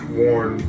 worn